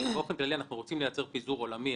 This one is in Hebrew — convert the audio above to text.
אנחנו רוצים לייצר פיזור עולמי,